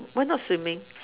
why not swimming